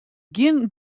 gjin